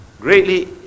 greatly